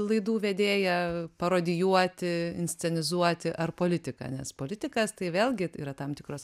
laidų vedėją parodijuoti inscenizuoti ar politiką nes politikas tai vėlgi yra tam tikros